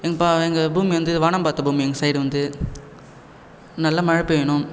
எங்பா எங்கள் பூமி வந்து வானம் பார்த்த பூமி எங்கள் சைட் வந்து நல்ல மழை பெய்யணும்